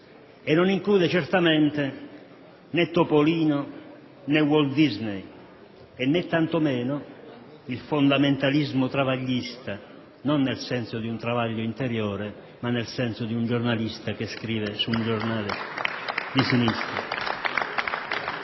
e non include certo, né Topolino né Walt Disney né tantomeno il fondamentalismo travaglista, non nel senso di un travaglio interiore, ma di un giornalista che scrive su un giornale di sinistra.